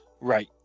right